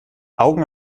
augen